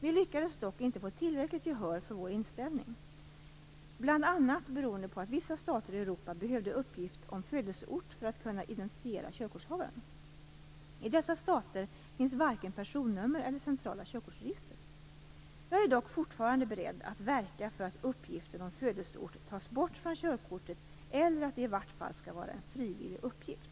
Vi lyckades dock inte få tillräckligt gehör för vår inställning, bl.a. beroende på att vissa stater i Europa behöver uppgift om födelseort för att kunna identifiera körkortshavaren. I dessa stater finns varken personnummer eller centrala körkortsregister. Jag är dock fortfarande beredd att verka för att uppgiften om födelseort tas bort från körkortet eller att det i vart fall skall vara en frivillig uppgift.